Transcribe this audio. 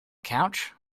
couch